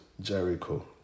Jericho